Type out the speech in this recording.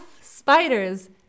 spiders